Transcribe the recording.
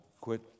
quit